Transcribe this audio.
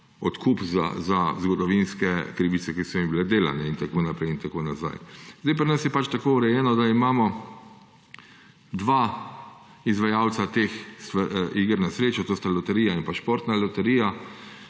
odkupnina za zgodovinske krivice, ki so jim bile delane in tako naprej in tako nazaj. Pri nas je tako urejeno, da imamo dva izvajalca teh iger na srečo, to sta Loterija in Športna loterija.